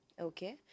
Okay